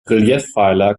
reliefpfeiler